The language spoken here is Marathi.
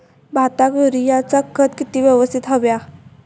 भाताक युरियाचा खत किती यवस्तित हव्या?